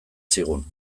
zigun